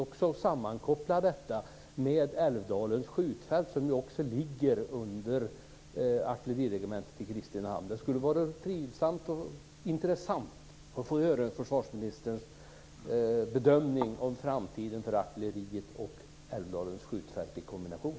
Jag vill också sammankoppla detta med Älvdalens skjutfält som ligger under artilleriregementet i Kristinehamn. Det skulle vara trivsamt och intressant att få höra försvarsministern bedömning av framtiden för artilleriet och Älvdalens skjutfält i kombination.